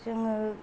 जोङो